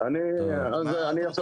אני חושב